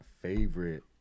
favorite